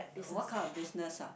what kind of business ah